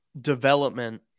development